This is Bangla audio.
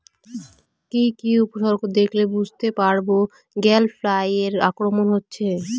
কি কি উপসর্গ দেখলে বুঝতে পারব গ্যাল ফ্লাইয়ের আক্রমণ হয়েছে?